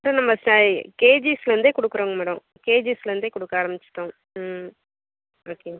sir நம்ப சை கேஜிஸ்லேந்தே கொடுக்குறோங்க மேடம் கேஜிஸ்லேருந்தே கொடுக்க ஆரம்பிச்சிட்டோம் ம் ஓகே ஓகே